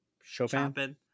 Chopin